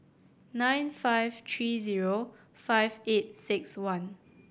nine five three zero five eight six one